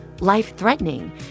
life-threatening